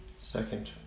Second